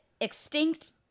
extinct